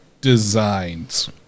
designs